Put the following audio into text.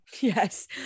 Yes